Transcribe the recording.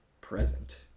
present